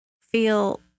feel